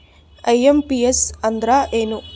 IMPS ಅಂದ್ರ ಏನು?